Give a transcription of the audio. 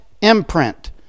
imprint